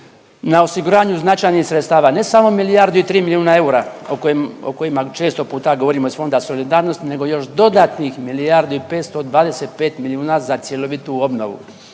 na osiguranju značajnih sredstava ne samo milijardu i 3 milijuna eura o kojima često puta govorimo iz Fonda solidarnosti nego još dodatnih milijardu i 500 25 milijuna za cjelovitu obnovu.